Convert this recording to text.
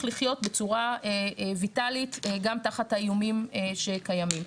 לחיות בצורה ויטאלית גם תחת האיומים שקיימים.